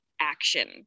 action